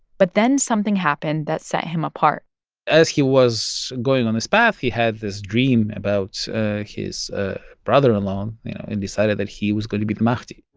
but then something happened that set him apart as he was going on this path, he had this dream about his ah brother-in-law um you know and decided that he was going to be the mahdi